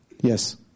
yes